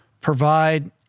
provide